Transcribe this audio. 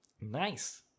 Nice